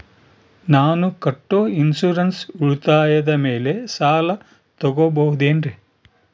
ನಾನು ಕಟ್ಟೊ ಇನ್ಸೂರೆನ್ಸ್ ಉಳಿತಾಯದ ಮೇಲೆ ಸಾಲ ತಗೋಬಹುದೇನ್ರಿ?